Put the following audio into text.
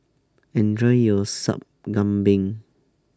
Enjoy your Sup Kambing